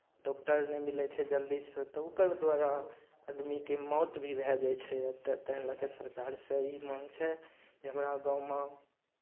doctor नहि मिलै छै जल्दीसँ तऽ ओकर द्वारा आदमीके मौत भी भए जाइ छै एतय ताहि लऽ कऽ सरकारसँ ई माँग छै जे हमरा गाँवमे